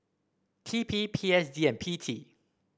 T P P S D and P T